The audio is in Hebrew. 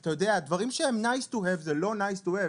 דברים שהם Nice to have זה לא Nice to have.